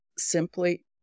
simply